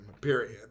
Period